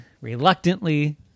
reluctantly